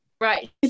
Right